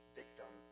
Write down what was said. victim